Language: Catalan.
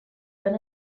van